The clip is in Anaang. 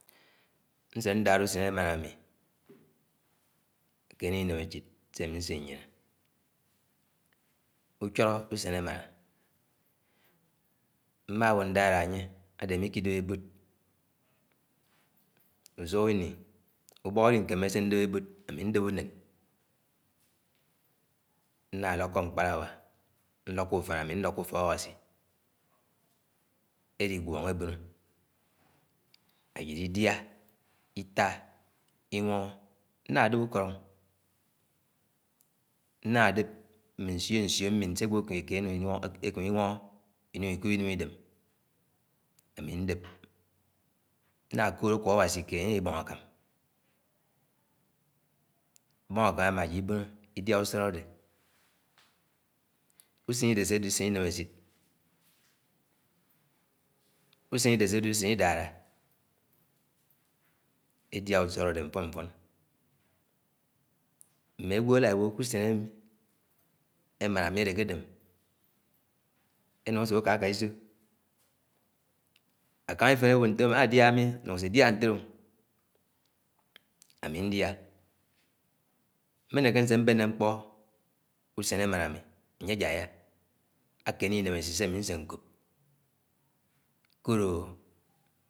nsé ndárá úsén emàmà amì akẽnẽ ìmémé elũd se am̃í nsẽnyéné, ucḥóló ùsẽn emaña mm̃awó ndàña ánye adé amí nkẽdẽp ebód, úsúuìní, ùbọk alinuémé sé ndẽp ebod ami ndép ùñen, nlálókó mkpáráwá, nkókó ùfán am̃í nlókọ úfọk. Awásí elíguóngó ébímó ajìd ìdìa, ìtáa, ìñwọñg nnadép úkóọ. nnadẽp mme nsionsiò mmẽñ sé agwõ kélé kẽkẽ ákámè inwọñgọ iñúng íkóp íném idém ámi ndép. Nnàkód aku-Áwasí kéed ánye àlibóng, akàm, bong-àkám amã ájíd ìbõnõ ìdiá ùchólọ ade. Usén idẽ asedé ùsén inémélud, ùsén adẽ asé adé usé idárá, edíá uchóló adé mfón-mfón mm̃e ag̱wo etə̃ éwó kú-usén emáná ami adé akádém enúng esúk eká-eká isó. Akáng ifén ewó ntoóm adíá mi súk-sé diá ntélé ó amí ndía mmẽ nèkẽ nsé mbéné mkpó usén emáná amí anyẽ ajáyá akéné inõméchid sé ami nse mkópì kóló.